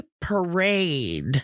parade